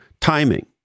timing